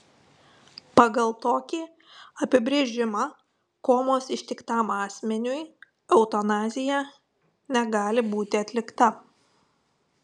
pagal tokį apibrėžimą komos ištiktam asmeniui eutanazija negali būti atlikta